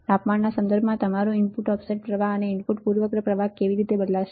તાપમાનના સંદર્ભમાં તમારું ઇનપુટ ઓફસેટ પ્રવાહ અને ઇનપુટ પૂર્વગ્રહ પ્રવાહ કેવી રીતે બદલાશે